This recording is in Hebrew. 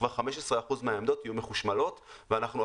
שוב,